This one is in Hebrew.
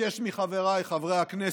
אבקש מחבריי חברי הכנסת,